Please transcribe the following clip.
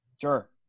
Sure